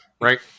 Right